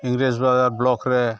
English Bazar ᱵᱞᱚᱠᱨᱮ